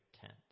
tent